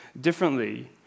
differently